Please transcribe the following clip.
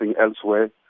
elsewhere